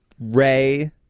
Ray